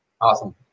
Awesome